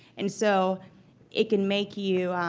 and so it can make you